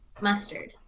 mustard